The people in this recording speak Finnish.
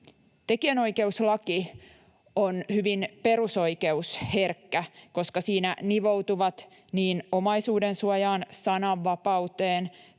Tekijänoikeuslaki on hyvin perusoikeusherkkä, koska siinä nivoutuvat niin omaisuudensuojaan, sananvapauteen,